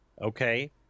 Okay